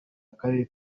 akarere